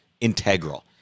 integral